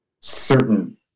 certain